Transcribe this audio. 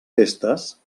festes